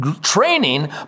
training